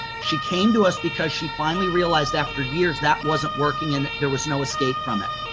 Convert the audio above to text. she came to us because she finally realized after years that wasn't working and there was no escape from it.